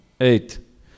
eight